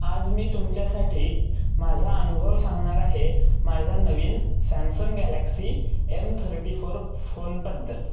आज मी तुमच्यासाठी माझा अनुभव सांगणार आहे माझ्या नवीन Samsung Galaxy M thirty four फोनबद्दल